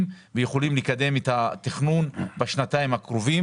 ויכולים לקדם את התכנון בשנתיים הקרובות.